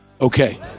Okay